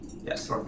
yes